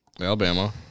Alabama